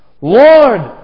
Lord